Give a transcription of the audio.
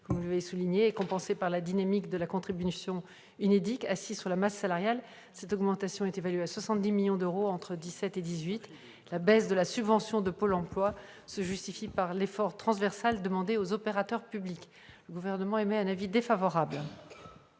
outre, cette réduction est compensée par la dynamique de la contribution de l'UNEDIC. Assise sur la masse salariale, cette augmentation est évaluée à 70 millions d'euros en 2017 et 2018. La baisse de la subvention de Pôle emploi se justifie par l'effort transversal demandé aux opérateurs publics. Le Gouvernement émet donc un avis défavorable.